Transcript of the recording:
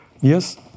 yes